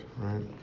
right